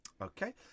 Okay